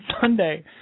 Sunday